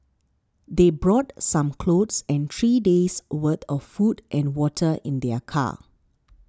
they brought some clothes and three days' worth of food and water in their car